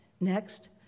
Next